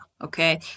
Okay